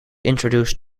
introduced